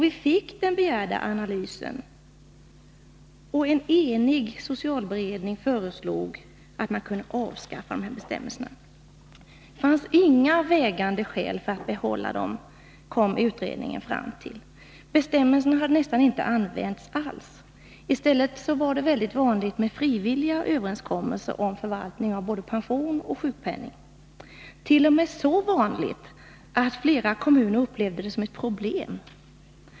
Vi fick den begärda analysen, och en enig socialberedning föreslog att man kunde avskaffa dessa bestämmelser. Beredningen hade kommit fram till att det inte fanns några vägande skäl för att behålla dem. Bestämmelserna hade nästan inte använts alls. I stället var det mycket vanligt med frivilliga överenskommelser om förvaltning av pension och sjukpenning —t.o.m. så vanligt att flera kommuner upplevde det som ett problem.